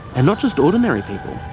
and not just ordinary people,